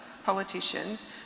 politicians